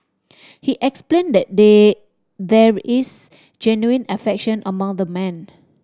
he explained that they there is genuine affection among the men